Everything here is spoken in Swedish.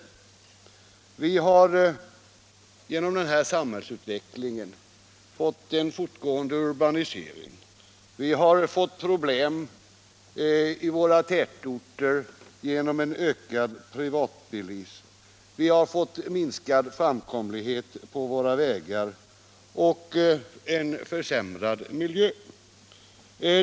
Vi har genom denna samhällsutveckling fått en fortgående urbanisering. Vi har fått problem i våra tätorter genom en ökad privatbilism, vi har fått minskad framkomlighet på våra vägar och en försämrad miljö.